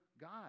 God